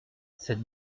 cette